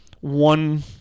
one –